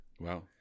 Wow